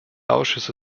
ausschüsse